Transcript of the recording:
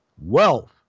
Wealth